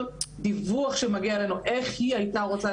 כל דיווח שמגיע אלינו איך היא הייתה רוצה.